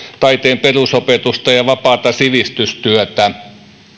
taiteen perusopetusta ja vapaata sivistystyötä